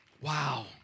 Wow